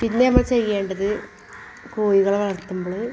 പിന്നെ നമ്മൾ ചെയ്യേണ്ടത് കോഴികളെ വളർത്തുമ്പോൾ